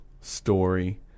story